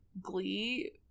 Glee